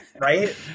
right